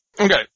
Okay